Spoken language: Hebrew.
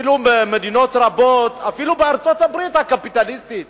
קנדה, אפילו ארצות-הברית הקפיטליסטית.